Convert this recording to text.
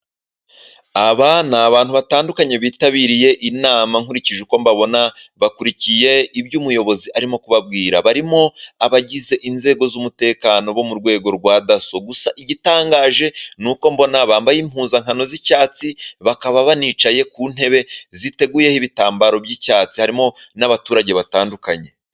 Aba ni abantu batandukanye bitabiriye inama. Nkurikije uko mbabona bakurikiye ibyo umuyobozi arimo kubabwira. Barimo abagize inzego z'umutekano bo mu rwego rwa Dasso. Gusa igitangaje ni uko mbona bambaye impuzankano z'icyatsi bakaba banicaye ku ntebe ziteguyeho ibitambaro by'icyatsi, harimo n'abaturage batandukanye.